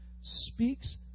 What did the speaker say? speaks